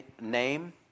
name